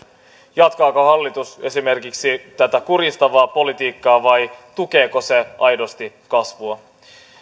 jatkaako hallitus esimerkiksi tätä kurjistavaa politiikkaa vai tukeeko se aidosti kasvua